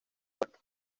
cuerpo